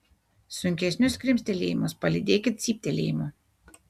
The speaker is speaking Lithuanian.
sunkesnius krimstelėjimus palydėkit cyptelėjimu